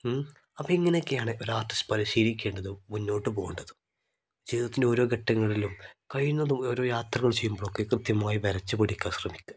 അപ്പം ഇങ്ങനൊക്കെയാണ് ഒരു ആർട്ടിസ്റ്റ് പരിശീലിക്കേണ്ടത് മുന്നോട്ട് പോവേണ്ടതും ജീവിതത്തിൻ്റെ ഓരോ ഘട്ടങ്ങളിലും കഴിയുന്നതും ഓരോ യാത്രകൾ ചെയ്യുമ്പോളൊക്കെ കൃത്യമായി വരച്ച് പഠിക്കാൻ ശ്രമിക്കുക